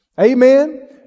Amen